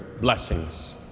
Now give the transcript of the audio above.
blessings